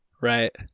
Right